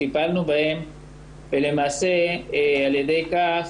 טיפלנו בהן ולמעשה על ידי כך,